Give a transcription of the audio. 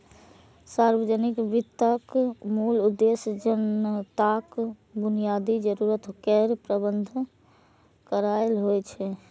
सार्वजनिक वित्तक मूल उद्देश्य जनताक बुनियादी जरूरत केर प्रबंध करनाय होइ छै